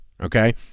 okay